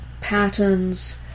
patterns